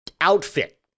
outfit